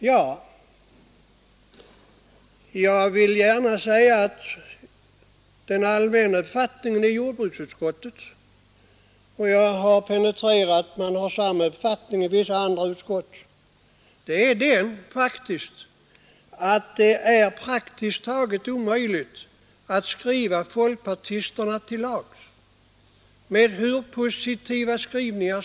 Till det vill jag gärna säga att den allmänna uppfattningen i jordbruksutskottet — och jag har penetrerat saken och funnit att man har samma uppfattning i vissa andra utskott är den att det är praktiskt taget omöjligt att skriva folkpartisterna till lags — det må vara aldrig så positiva skrivningar.